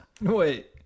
Wait